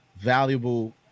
valuable